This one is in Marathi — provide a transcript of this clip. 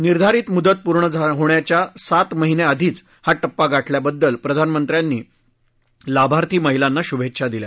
निर्धारित मुदत पूर्ण होण्याच्या सात महिने आधीच हा पिपा गाठल्याबद्दल प्रधानमंत्र्यांनी लाभार्थी महिलांना शुभेच्छा दिल्या